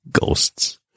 Ghosts